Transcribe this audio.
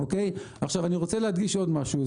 אני רוצה להדגיש עוד משהו.